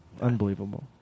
Unbelievable